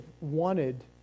wanted